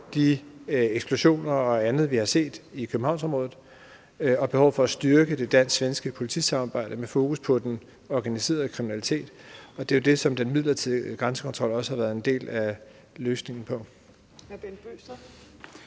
de eksplosioner og andet, vi har set i Københavnsområdet, og et behov for at styrke det dansk-svenske politisamarbejde med fokus på den organiserede kriminalitet, og det er jo det, som den midlertidige grænsekontrol også har været en del af løsningen på.